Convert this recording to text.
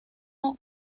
como